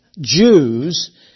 Jews